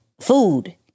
food